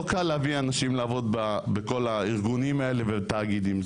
לא קל להביא אנשים לעבוד בכל הארגונים האלה ותאגידים.